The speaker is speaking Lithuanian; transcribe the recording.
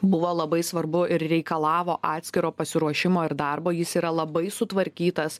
buvo labai svarbu ir reikalavo atskiro pasiruošimo ir darbo jis yra labai sutvarkytas